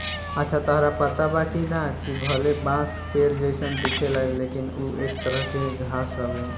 अच्छा ताहरा पता बा की ना, कि भले बांस पेड़ जइसन दिखेला लेकिन उ एक तरह के घास हवे